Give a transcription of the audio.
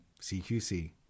CQC